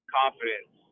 confidence